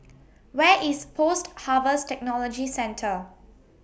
Where IS Post Harvest Technology Centre